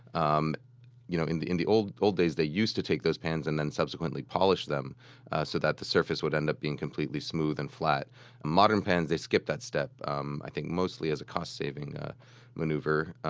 um you know in the in the old old days, they used to take those pans and then subsequently polish them so that the surface would end up being completely smooth and flat. with modern pans they skip that step um i think, mostly as a cost-saving ah maneuver